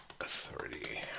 authority